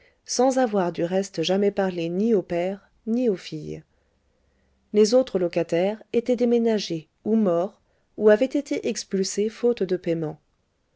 sans avoir du reste jamais parlé ni au père ni aux filles les autres locataires étaient déménagés ou morts ou avaient été expulsés faute de payement